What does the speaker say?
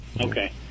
Okay